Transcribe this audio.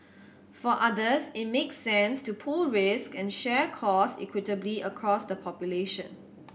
for others it makes sense to pool risk and share cost equitably across the population